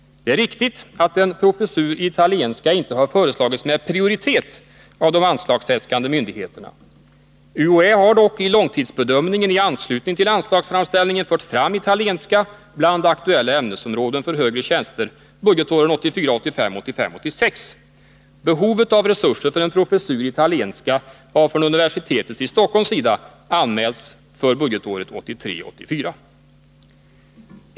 Det är riktigt att en professur i italienska inte har föreslagits med prioritet av de anslagsäskande myndigheterna. UHÄ har dock i långstidsbedömningen i anslutning till anslagsframställningen fört fram italienska bland aktuella ämnesområden för högre tjänster budgetåren 1984 86. Behovet av resurser för en professur i italienska har från universitetets i Stockholm sida anmälts för budgetåret 1983/84.